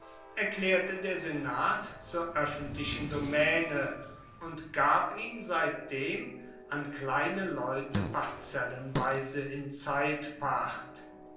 erklaerte der senat zur oeffentlichen domaene und gab ihn seitdem an kleine leute parzellenweise in